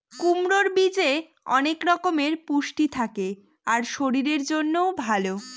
কুমড়োর বীজে অনেক রকমের পুষ্টি থাকে আর শরীরের জন্যও ভালো